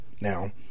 now